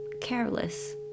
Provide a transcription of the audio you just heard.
careless